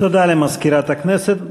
למזכירת הכנסת.